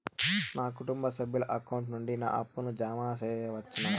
నా కుటుంబ సభ్యుల అకౌంట్ నుండి నా అప్పును జామ సెయవచ్చునా?